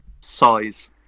size